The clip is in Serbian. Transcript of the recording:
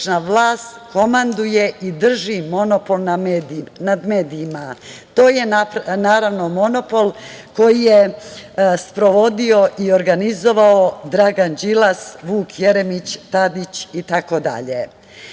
komanduje i drži monopol nad medijima. To je naravno monopol koji je sprovodio i organizovao Dragan Đilas, Vuk Jeremić, Tadić